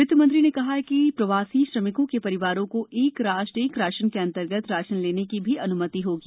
वित्तमंत्री ने कहा कि प्रवासी श्रमिकों के परिवारों को एक राष्ट्र एक राशन के अंतर्गत राशन लेने की भी अन्मति होगी